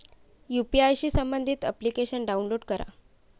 UPI शी संबंधित application download करा